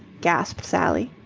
gasped sally.